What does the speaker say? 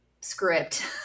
script